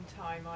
time